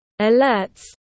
Alerts